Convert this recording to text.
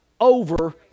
over